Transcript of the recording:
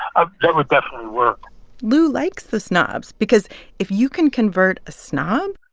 ah that would definitely work lou likes the snobs. because if you can convert a snob.